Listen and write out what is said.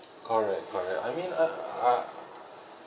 correct correct I mean I I